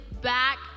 back